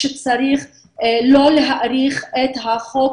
אפשר להכניס חריגים לחוק הוראת השעה?